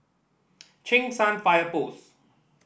Cheng San Fire Post